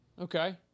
Okay